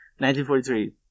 1943